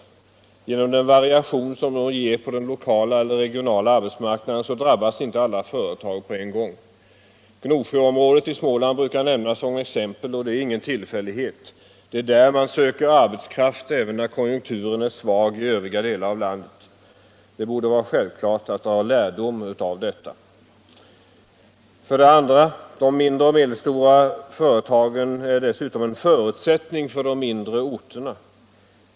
På grund av den variation de ger på den lokala och regionala arbetsmarknaden drabbas inte alla företag på en gång. Gnosjöområdet i Småland brukar nämnas som exempel, och det är ingen tillfällighet. Det är där man söker arbetskraft även när konjunkturen är svag i övriga delar av landet. Det borde vara självklart att dra lärdom av detta. 2. De mindre och medelstora företagen är dessutom en förutsättning för de mindre orterna.